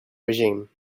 regime